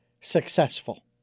successful